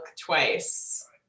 twice